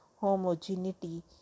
homogeneity